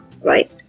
right